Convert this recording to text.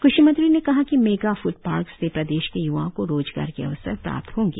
कृषि मंत्री ने कहा कि मेगा फ्डपार्क से प्रदेश के युवाओं को रोजगार के अवसर प्राप्त होंगे